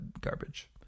garbage